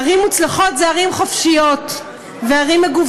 ערים מוצלחות הן ערים חופשיות ומגוונות,